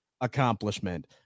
accomplishment